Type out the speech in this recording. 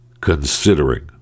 considering